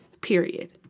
period